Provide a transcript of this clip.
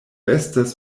estas